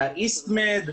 של East Med,